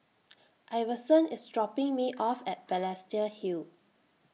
Iverson IS dropping Me off At Balestier Hill